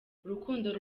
urukundo